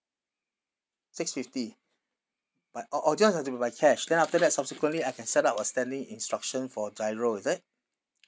six fifty but or or just have to pay by cash then after that subsequently I can set up or send in instruction for GIRO is it